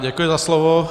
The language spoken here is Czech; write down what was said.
Děkuji za slovo.